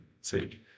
See